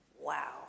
Wow